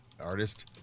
artist